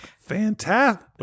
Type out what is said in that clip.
Fantastic